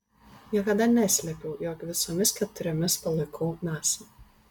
niekada neslėpiau jog visomis keturiomis palaikau nasa